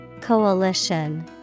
Coalition